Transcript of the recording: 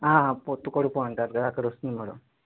పొత్తికడుపు అంటారు కదా అక్కడ వస్తుంది మేడం